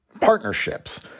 partnerships